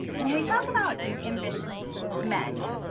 when we talk about ambitious men,